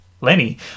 Lenny